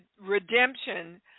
redemption